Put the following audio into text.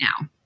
now